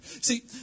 See